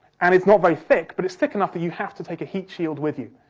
and it's not very thick, but it's thick enough that you have to take a heat shield with you.